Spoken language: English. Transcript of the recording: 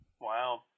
Wow